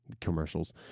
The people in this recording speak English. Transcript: commercials